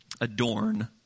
adorn